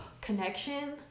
Connection